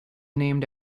named